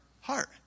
heart